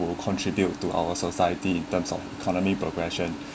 will contribute to our society in terms of economy progression